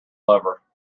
lever